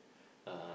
uh